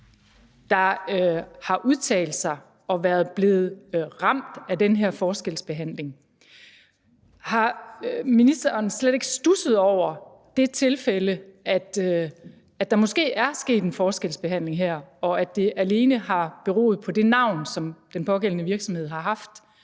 der har udtalt sig om at være blevet ramt af den her forskelsbehandling. Har ministeren slet ikke studset over det tilfælde, altså at der måske er sket en forskelsbehandling her, og at det alene har beroet på det navn, som den pågældende virksomhed har,